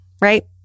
right